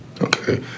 Okay